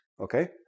okay